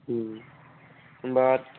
होनबा